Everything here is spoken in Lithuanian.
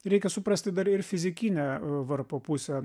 reikia suprasti dar ir fizikinę varpo pusę